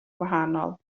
gwahanol